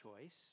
choice